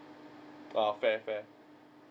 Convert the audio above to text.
uh fair fair